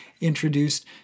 introduced